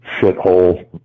shithole